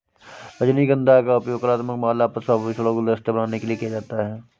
रजनीगंधा का उपयोग कलात्मक माला, पुष्प, आभूषण और गुलदस्ते बनाने के लिए किया जाता है